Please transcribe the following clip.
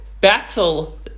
battle